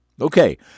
Okay